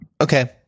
Okay